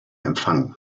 empfangen